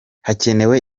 hakenewe